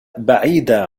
بعيدة